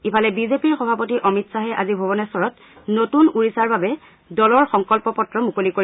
ইফালে বিজেপিৰ সভাপতি অমিত খাহে আজি ভুৱনেশ্বৰত নতুন ওড়িশাৰ বাবে দলৰ সংকল্প পত্ৰ মুকলি কৰিব